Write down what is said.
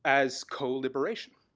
as cold liberation.